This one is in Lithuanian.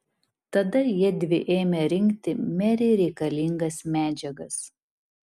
tada jiedvi ėmė rinkti merei reikalingas medžiagas